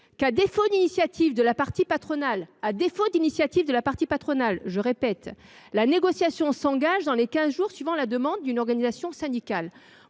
à défaut d’initiative de la partie patronale – j’y insiste –, la négociation s’engage dans les quinze jours suivant la demande d’une organisation syndicale.